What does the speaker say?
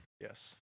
Yes